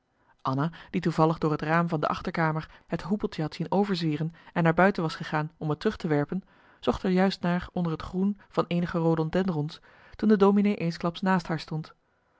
anna die toevallig door het raam van de achterkamer het hoepeltje had zien overzwieren en naar buiten was gegaan om t terug te werpen zocht er juist naar onder het groen van eenige rododendrons toen de dominee eensklaps naast haar stond